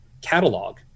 catalog